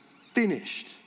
finished